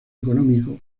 económico